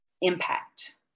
impact